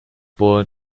born